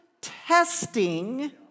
testing